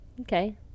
Okay